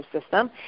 system